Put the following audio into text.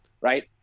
right